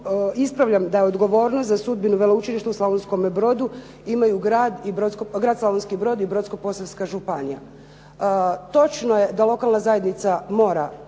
ispravljam da je odgovornost za sudbinu veleučilišta u Slavonskome Brodu imaju Grad Slavonski Brod i Brodsko-posavska županija. Točno je da lokalna zajednica mora